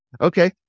Okay